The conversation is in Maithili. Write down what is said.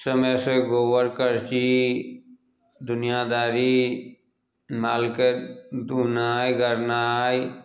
समयसँ गोबर करसी दुनिआदारी मालके दुहनाइ गाड़नाइ